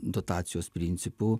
dotacijos principu